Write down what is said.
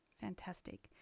Fantastic